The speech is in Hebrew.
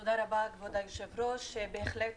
תודה רבה, כבוד היושב-ראש, בהחלט